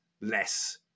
less